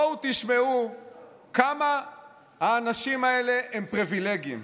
בואו תשמעו כמה האנשים האלה הם פריבילגים: